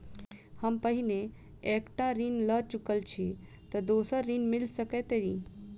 हम पहिने एक टा ऋण लअ चुकल छी तऽ दोसर ऋण मिल सकैत अई?